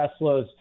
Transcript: Teslas